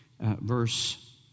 verse